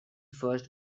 first